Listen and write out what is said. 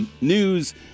news